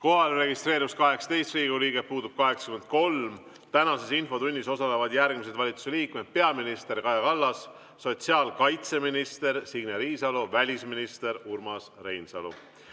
registreerus 18 Riigikogu liiget, puudub 83. Tänases infotunnis osalevad järgmised valitsusliikmed: peaminister Kaja Kallas, sotsiaalkaitseminister Signe Riisalo, välisminister Urmas Reinsalu.